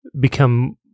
become